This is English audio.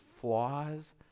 flaws